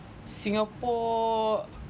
singapore